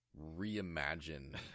reimagine